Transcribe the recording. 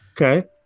Okay